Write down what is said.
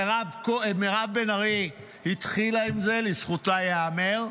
מירב בן ארי התחילה עם זה, לזכותה ייאמר.